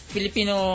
Filipino